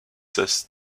cesse